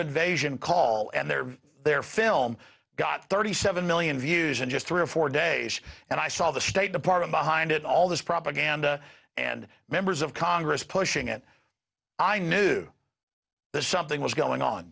invasion call and there their film got thirty seven million views in just three or four days and i saw the state department behind it all this propaganda and members of congress pushing it i knew that something was going on